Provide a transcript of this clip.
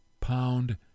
pound